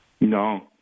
No